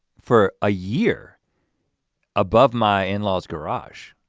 for a year above my in-law's garage.